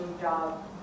job